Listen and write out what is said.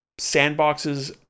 sandboxes